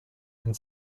and